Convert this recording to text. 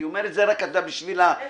אני אומר את זה רק בשביל הזהירות.